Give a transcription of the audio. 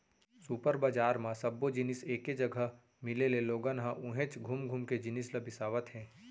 super बजार म सब्बो जिनिस एके जघा मिले ले लोगन ह उहेंच घुम घुम के जिनिस ल बिसावत हे